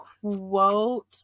quote